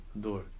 door